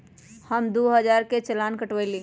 हम दु हजार के चालान कटवयली